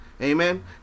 Amen